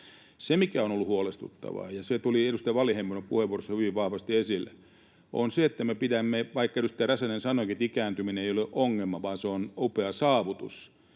Se, mikä on ollut huolestuttavaa — ja se tuli edustaja Wallinheimon puheenvuorossa hyvin vahvasti esille — on se, että vaikka edustaja Räsänen sanoikin, että ikääntyminen ei ole ongelma vaan se on upea saavutus,